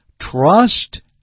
trust